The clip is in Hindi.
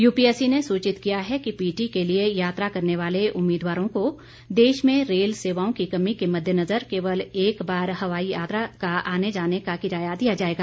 यूपीएससी ने सूचित किया है कि पीटी के लिए यात्रा करने वाले उम्मीदवारों को देश में रेल सेवाओं की कमी के मद्देनजर केवल एक बार हवाई यात्रा का आने जाने का किराया दिया जाएगा